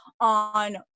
on